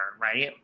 right